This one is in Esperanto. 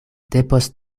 depost